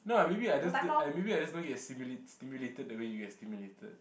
no ah maybe I maybe I just don't get simu~ stimulated that way you get stimulated